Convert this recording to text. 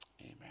Amen